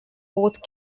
both